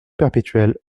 perpétuelle